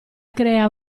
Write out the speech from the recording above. crea